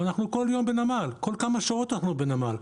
אבל אנחנו כל יום בנמל, כל כמה שעות אנחנו בנמל.